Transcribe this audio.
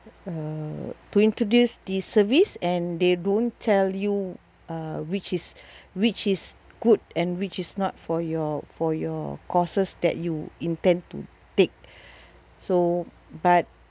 uh to introduce the service and they don't tell you uh which is which is good and which is not for your for your courses that you intend to take so but